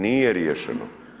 Nije riješeno.